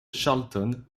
charlton